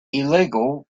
illegal